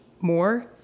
more